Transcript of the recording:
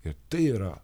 ir tai yra